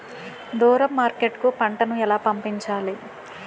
దూరం మార్కెట్ కు పంట ను ఎలా పంపించాలి?